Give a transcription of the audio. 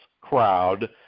crowd